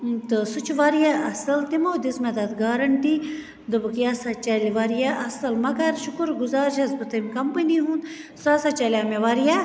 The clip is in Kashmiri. تہٕ سُہ چھُ واریاہ اصٕل تِمو دِژ مےٚ تتھ گارَنٹی دوٚپُکھ یہِ ہَسا چَلہِ واریاہ اصٕل مگر شُکُر گُذار چھَس بہٕ تمہِ کَمپٔنی ہُنٛد سُہ ہَسا چَلو مےٚ واریاہ